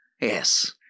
Yes